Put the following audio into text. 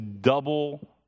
double